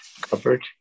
covered